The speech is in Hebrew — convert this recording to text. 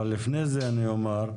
אבל לפני זה אני אומר,